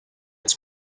its